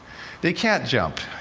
they can't jump.